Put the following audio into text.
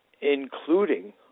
including